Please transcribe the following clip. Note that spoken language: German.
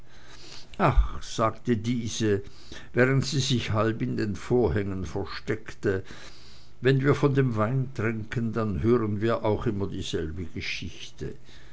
ach sagte diese während sie sich halb in den vorhängen versteckte wenn wir von dem wein trinken dann hören wir auch immer dieselbe geschichte